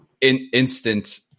instant